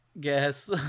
guess